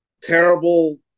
terrible